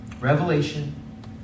Revelation